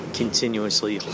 continuously